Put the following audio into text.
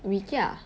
mee kia